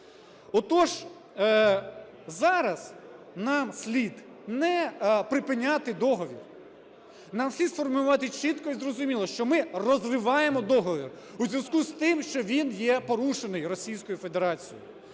Отож, зараз нам слід не припиняти договір, нам слід сформулювати чітко і зрозуміло, що ми розриваємо договір у зв'язку з тим, що він є порушений Російською Федерацією.